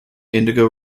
indigo